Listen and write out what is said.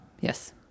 Yes